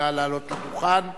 נא לעלות לדוכן.